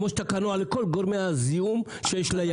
כפי שאתה כנוע לכל הגורמים המזהמים את הים.